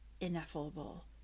Ineffable